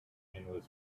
and